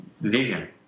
vision